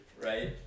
right